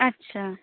আচ্ছা